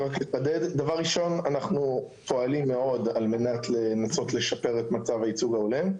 דבר ראשון אנחנו פועלים מאוד על מנת לנסות לשפר את מצב הייצוג ההולם,